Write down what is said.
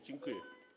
Dziękuję.